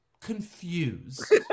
confused